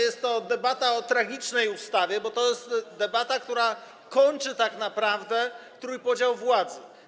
Jest to debata o tragicznej ustawie, bo to jest debata, która kończy tak naprawdę trójpodział władzy.